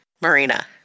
Marina